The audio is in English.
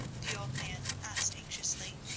the old man asked anxiously.